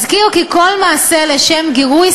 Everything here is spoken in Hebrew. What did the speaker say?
אזכיר כי כל מעשה לשם גירוי,